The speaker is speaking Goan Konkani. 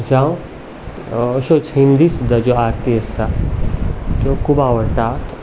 जावं अश्योच हिंदी सुद्दां ज्यो आरती आसता त्यो खूब आवडटा